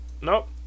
Nope